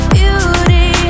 beauty